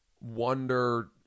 wonder